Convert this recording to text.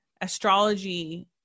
astrology